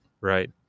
Right